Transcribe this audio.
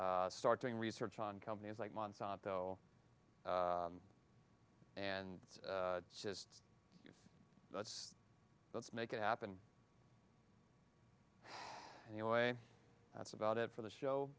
y start doing research on companies like monsanto and just let's let's make it happen anyway that's about it for the show